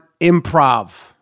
Improv